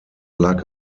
lag